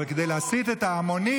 אבל כדי להסית את ההמונים,